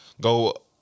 Go